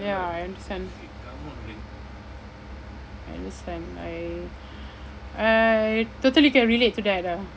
ya I understand I understand I I totally can relate to that ah